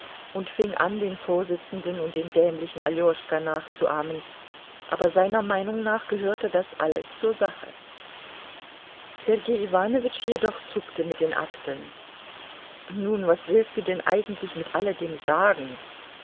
und fing an den vorsitzenden und den dämlichen aljoschka nachzuahmen aber seiner meinung nach gehörte das alles zur sache sergei iwanowitsch jedoch zuckte mit den achseln nun was willst du denn eigentlich mit alledem sagen